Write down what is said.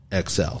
XL